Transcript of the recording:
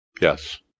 Yes